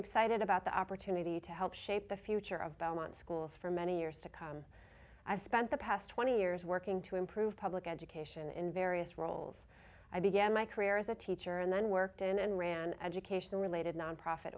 excited about the opportunity to help shape the future of belmont schools for many years to come i've spent the past twenty years working to improve public education in various roles i began my career as a teacher and then worked and ran education related nonprofit